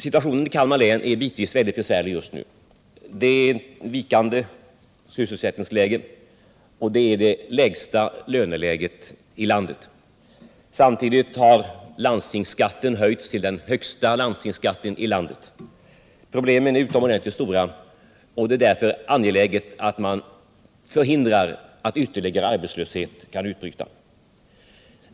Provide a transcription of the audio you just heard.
Situationen i Kalmar län är bitvis mycket besvärlig. Man har en vikande sysselsättning och det lägsta löneläget i landet. Samtidigt har landstingsskatten höjts och blivit den högsta landstingsskatten i landet. Problemen är utomordentligt stora. Det är därför angeläget att man förhindrar att ytterligare arbetslöshet utbryter.